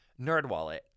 NerdWallet